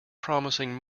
promising